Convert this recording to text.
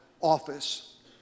office